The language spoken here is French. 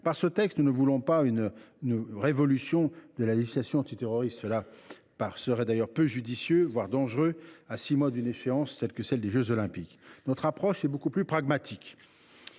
avec ce texte, nous ne voulons pas révolutionner la législation antiterroriste. Cela serait d’ailleurs peu judicieux, voire dangereux, à six mois d’une échéance telle que celle des jeux Olympiques. Notre approche est beaucoup plus pragmatique